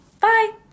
bye